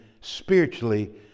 spiritually